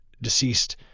deceased